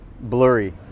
blurry